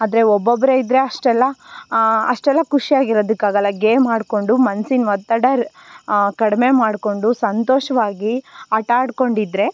ಆದರೆ ಒಬ್ಬೊಬ್ಬರೆ ಇದ್ದರೆ ಅಷ್ಟೆಲ್ಲ ಅಷ್ಟೆಲ್ಲ ಖುಷಿಯಾಗಿರೋದಕ್ಕೆ ಆಗೋಲ್ಲ ಗೇಮ್ ಆಡಿಕೊಂಡು ಮನ್ಸಿನ ಒತ್ತಡ ರ್ ಕಡಿಮೆ ಮಾಡಿಕೊಂಡು ಸಂತೋಷವಾಗಿ ಆಟಾಡ್ಕೊಂಡಿದ್ದರೆ